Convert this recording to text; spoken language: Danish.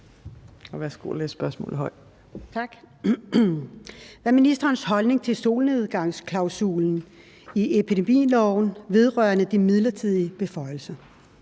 14:44 Liselott Blixt (DF): Tak. Hvad er ministerens holdning til solnedgangsklausulen i epidemiloven vedrørende de midlertidige beføjelser?